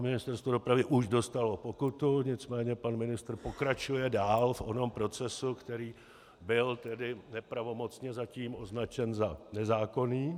Ministerstvo dopravy už dostalo pokutu, nicméně pan ministr pokračuje dál v onom procesu, který byl nepravomocně zatím označen za nezákonný.